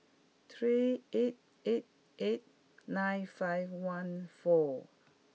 three eight eight eight nine five one four